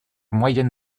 moyenne